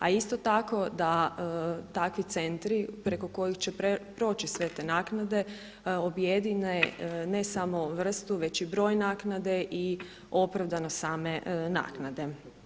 A isto tako da takvi centri preko kojih će proći sve te naknade objedine ne samo vrstu već i broj naknade i opravdanost same naknade.